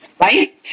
Right